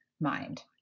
mind